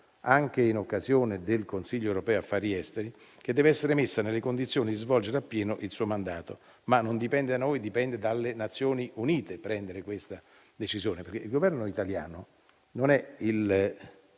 anche in occasione del Consiglio europeo affari esteri, e che deve essere messa nelle condizioni di svolgere appieno il suo mandato. Tuttavia, non dipende da noi, ma dipende dalle Nazioni Unite prendere questa decisione, perché il Governo italiano non è il